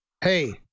hey